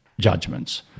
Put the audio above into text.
judgments